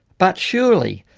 but surely,